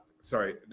Sorry